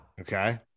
Okay